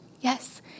yes